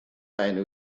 enw